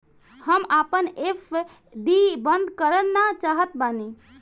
हम आपन एफ.डी बंद करना चाहत बानी